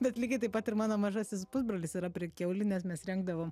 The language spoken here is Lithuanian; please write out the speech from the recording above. bet lygiai taip pat ir mano mažasis pusbrolis yra prikiaulinęs mes rengdavom